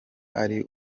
ari